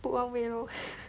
put on weight lor